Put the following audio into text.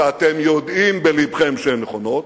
ואתם יודעים בלבכם שהן נכונות,